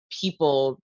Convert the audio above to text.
people